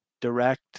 direct